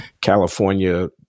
California